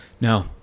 No